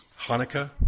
Hanukkah